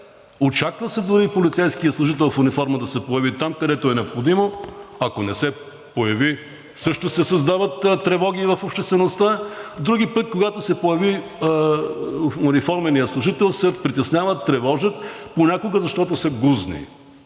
очаква полицейският служител в униформа да се появи там, където е необходимо, ако не се появи, също се създават тревоги в обществеността, а други, когато се появи униформеният служител, се притесняват, тревожат се понякога, защото са гузни.